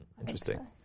Interesting